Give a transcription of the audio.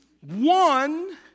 One